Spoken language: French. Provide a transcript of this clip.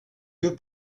que